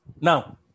Now